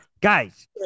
guys